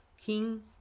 King